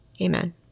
Amen